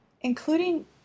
including